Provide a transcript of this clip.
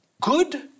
good